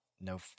No